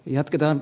jatketaan